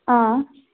अँ